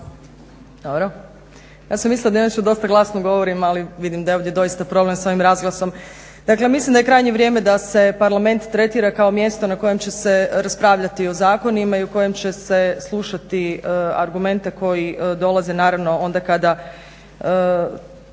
će se, ja sam mislila da inače dosta glasno govorim ali vidim da je ovdje doista problem s ovim razglasom. Dakle, mislim da je krajnje vrijeme da se Parlament tretira kao mjesto na kojem će se raspravljati o zakonima i u kojem će se slušati argumente koji dolaze naravno onda kada